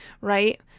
right